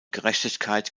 gerechtigkeit